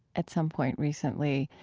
at some point recently,